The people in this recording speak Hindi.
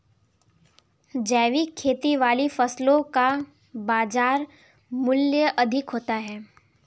जैविक खेती वाली फसलों का बाजार मूल्य अधिक होता है